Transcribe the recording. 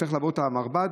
וצריך לעבור את המרב"ד,